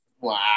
Wow